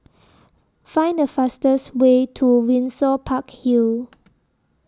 Find The fastest Way to Windsor Park Hill